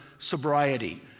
sobriety